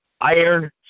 Iron